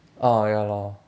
ah ya lor